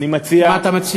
אני מציע, מה אתה מציע?